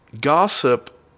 gossip